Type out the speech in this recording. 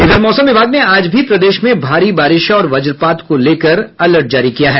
इधर मौसम विभाग ने आज भी प्रदेश में भारी बारिश और वज्रपात को लेकर अलर्ट जारी किया है